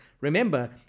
Remember